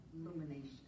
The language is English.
illumination